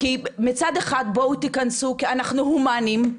כי מצד אחד בואו תיכנסו כי אנחנו הומניים,